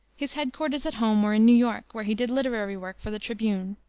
his head-quarters at home were in new york, where he did literary work for the tribune.